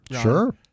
Sure